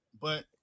but-